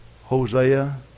Hosea